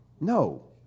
No